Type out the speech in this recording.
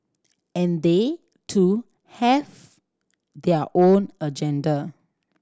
and they too have their own agenda